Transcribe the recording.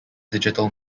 digital